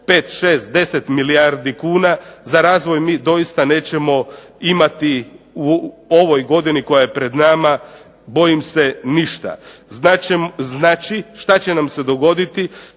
5, 6, 10 milijardi kuna, za razvoj mi doista nećemo imati u ovoj godini koja je pred nama bojim se ništa. Znači šta će nam se dogoditi,